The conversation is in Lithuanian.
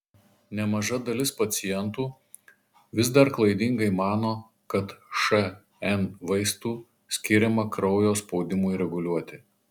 nemaža dalis pacientų vis dar klaidingai mano kad šn vaistų skiriama kraujo spaudimui reguliuoti